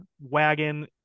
wagon